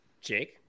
Jake